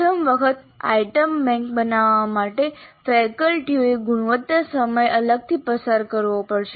પ્રથમ વખત item bank બનાવવા માટે ફેકલ્ટીઓએ ગુણવત્તા સમય અલગથી પસાર કરવો પડશે